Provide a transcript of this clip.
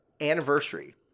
anniversary